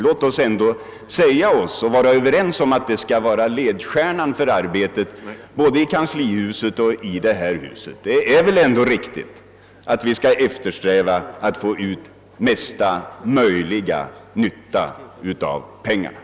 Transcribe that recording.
Låt oss säga oss att detta skall vara ledstjärnan för arbetet både i kanslihuset och i detta hus. Det är väl ändå riktigt att vi skall eftersträva att få ut mesta möjliga nytta för pengarna.